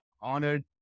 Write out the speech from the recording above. honored